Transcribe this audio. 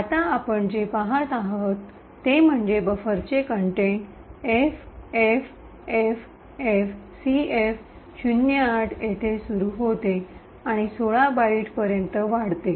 आता आपण जे पहात आहात ते म्हणजे बफरची कंटेंट एफएफएफएफसीएफ08 येथे सुरू होते आणि १६ बाइटपर्यंत वाढते